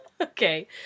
Okay